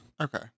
Okay